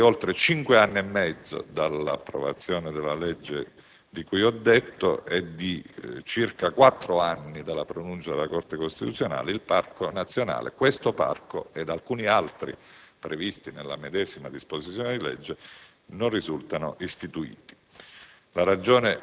A distanza di oltre cinque anni e mezzo dall'approvazione della legge di cui sopra e di circa quattro anni dalla pronuncia della Corte costituzionale, questo Parco ed alcuni altri previsti dalla medesima disposizione di legge non risultano istituiti.